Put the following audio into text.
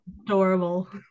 adorable